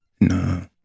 No